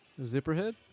Zipperhead